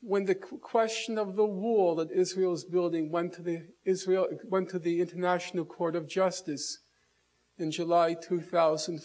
when the question of the war that israel's building went to the israel went to the international court of justice in july two thousand